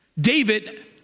David